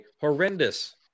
horrendous